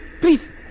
Please